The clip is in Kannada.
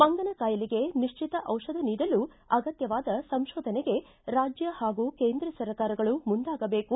ಮಂಗನ ಕಾಯಿಲೆಗೆ ನಿಶ್ಚಿತ ದಿಷಧ ನೀಡಲು ಅಗತ್ತವಾದ ಸಂಶೋಧನೆಗೆ ರಾಜ್ಯ ಹಾಗೂ ಕೇಂದ್ರ ಸರ್ಕಾರಗಳು ಮುಂದಾಗಬೇಕು